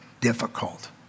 difficult